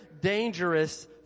dangerous